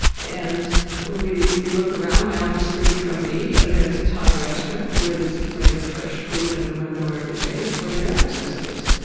and we we look around down the street from me there's a thai restaurant where there's a plate of fresh food in the window every day for their ancestors.